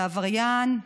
והעבריין,